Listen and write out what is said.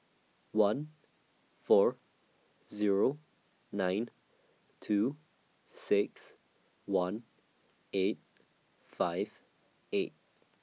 one four Zero nine two six one eight five eight